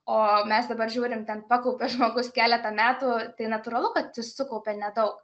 o mes dabar žiūrim ten pakaupia žmogus keletą metų tai natūralu kad jis sukaupia nedaug